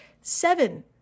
seven